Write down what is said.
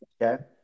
Okay